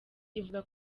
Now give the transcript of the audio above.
ivuga